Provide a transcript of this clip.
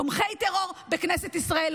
תומכי טרור בכנסת ישראל,